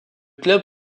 club